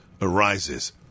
arises